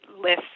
list